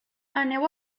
aneu